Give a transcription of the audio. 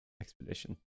expedition